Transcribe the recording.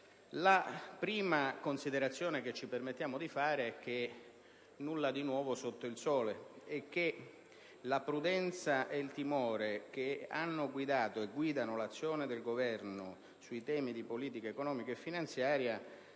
La prima considerazione che ci permettiamo di fare è che non c'è nulla di nuovo sotto il sole e che la prudenza e il timore che hanno guidato e guidano l'azione del Governo sui temi di politica economica e finanziaria,